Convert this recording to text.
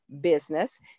business